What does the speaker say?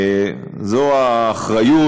זו האחריות.